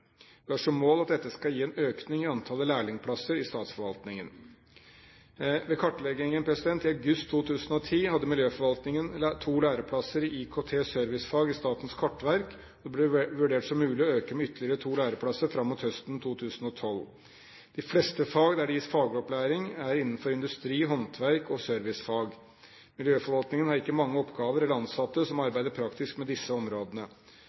har som mål at dette skal gi en økning i antall lærlingplasser i statsforvaltningen. Ved kartleggingen i august 2010 hadde miljøforvaltningen to læreplasser i IKT-servicefag i Statens kartverk. Det ble vurdert som mulig å øke med ytterligere to læreplasser fram mot høsten 2012. De fleste fag der det gis fagopplæring, er innenfor industri, håndverk og servicefag. Miljøforvaltningen har ikke mange oppgaver eller ansatte som arbeider praktisk med disse områdene.